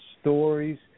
stories